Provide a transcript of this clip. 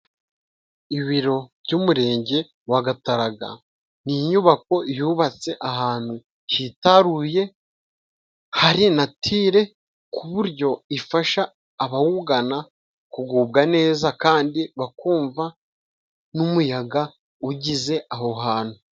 Ibiro by'Umurenge wa Gataraga. Ni inyubako yubatse ahantu hitaruye, hari natire, ku buryo ifasha abawugana kugubwa neza kandi bakumva n'umuyaga ugize aho hantu.